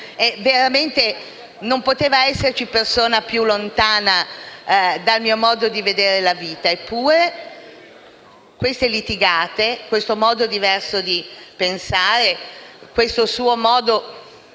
non poteva esserci persona più lontana dal mio modo di vedere la vita. Eppure queste litigate, questo modo diverso di pensare, questo suo modo davvero